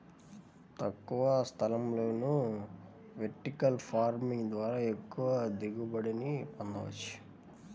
తక్కువ స్థలంలోనే vertical farming ద్వారా ఎక్కువ దిగుబడిని పొందవచ్చు